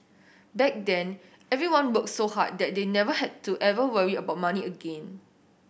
back then everyone worked so hard that they never had to ever worry about money again